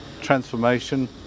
transformation